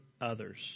others